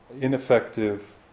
ineffective